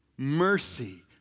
Mercy